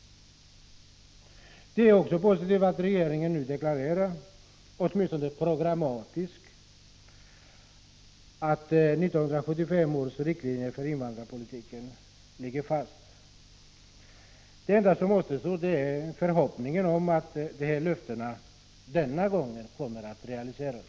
Det är också positivt att regeringen deklarerar, åtminstone programmatiskt, att 1975 års riktlinjer för invandrarpolitiken ligger fast. Det enda som återstår är att uttrycka förhoppningen att löftena denna gång kommer att realiseras.